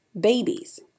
babies